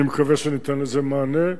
אני מקווה שניתן לזה מענה.